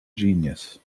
genius